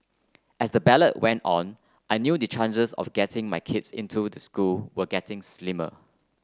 as the ballot went on I knew the chances of getting my kids into the school were getting slimmer